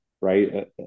Right